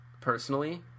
personally